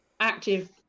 active